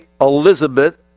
Elizabeth